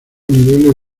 niveles